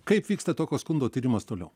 kaip vyksta tokio skundo tyrimas toliau